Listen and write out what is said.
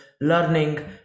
learning